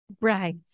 Right